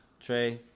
Trey